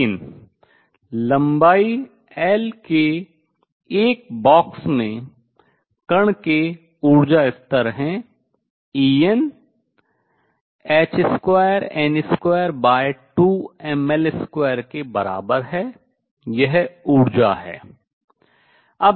लेकिन लंबाई L के एक बॉक्स में कण के ऊर्जा स्तर है En h2n22mL2 के बराबर है यह ऊर्जा है